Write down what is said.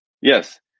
Yes